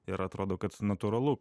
ir atrodo kad natūralu